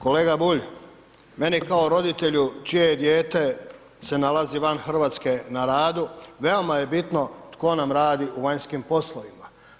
Kolega Bulj, meni kao roditelju čije dijete se nalazi van Hrvatske na radu, veoma je bitno tko nam radi u vanjskim poslovima.